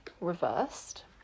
reversed